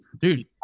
Dude